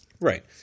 Right